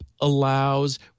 allows